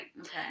Okay